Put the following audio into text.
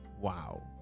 Wow